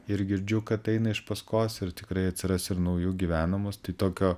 ir girdžiu kad eina iš paskos ir tikrai atsiras ir naujų gyvenamos tai tokio